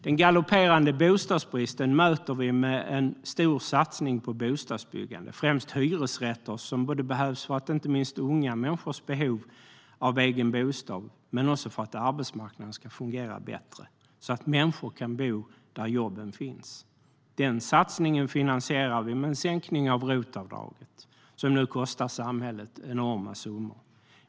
Den galopperande bostadsbristen möter vi med en stor satsning på bostadsbyggande, främst hyresrätter som behövs inte minst för unga människors behov av en egen bostad men också för att arbetsmarknaden ska fungera bättre, så att människor kan bo där jobben finns. Den satsningen finansierar vi med en sänkning av ROT-avdraget som nu kostar samhället enorma summor.